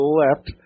left